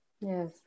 Yes